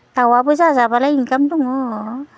दाउआबो जाजाब्लालाय इनकाम दङ